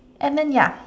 and then ya